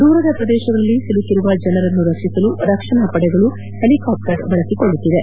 ದೂರದ ಪ್ರದೇಶಗಳಲ್ಲಿ ಸಿಲುಕಿರುವ ಜನರನ್ನು ರಕ್ಷಿಸಲು ರಕ್ಷಣಾ ಪಡೆಗಳು ಹೆಲಿಕಾಪ್ಷರ್ ಬಳಸಿಕೊಳ್ಳುತ್ತಿದೆ